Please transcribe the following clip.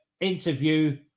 interview